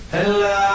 Hello